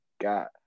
got